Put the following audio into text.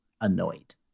annoyed